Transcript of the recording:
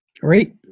Great